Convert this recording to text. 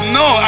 no